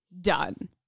Done